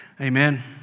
amen